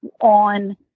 on